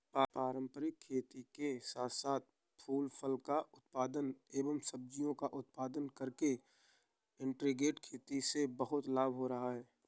पारंपरिक खेती के साथ साथ फूल फल का उत्पादन एवं सब्जियों का उत्पादन करके इंटीग्रेटेड खेती से बहुत लाभ हो रहा है